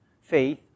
faith